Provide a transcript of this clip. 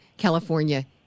California